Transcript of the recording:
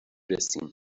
رسیم